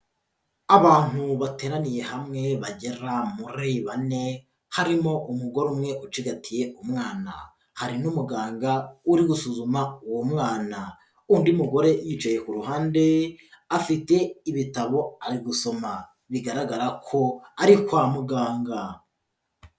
Abantu bateraniye hamwe bagera muri bane harimo umugore umwe ucigatiye umwana, hari n'umuganga uri gusuzuma uwo mwana, undi mugore yicaye ku ruhande afite ibitabo ari gusoma bigaragara ko ari kwa muganga.